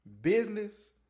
Business